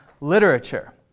literature